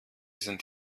sind